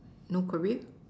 no career